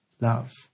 love